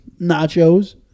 nachos